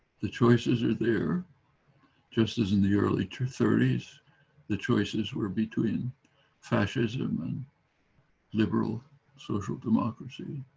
the choices are there just as in the early to thirties the choices were between fascism and liberal social democracy